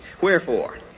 Wherefore